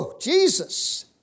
Jesus